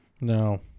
No